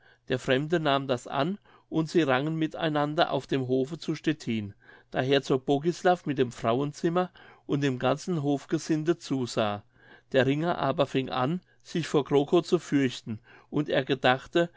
der fremde nahm das an und sie rangen mit einander auf dem hofe zu stettin da herzog bogislav mit dem frauenzimmer und dem ganzen hofgesinde zusahen der ringer aber fing an sich vor krokow zu fürchten und er gedachte